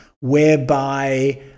whereby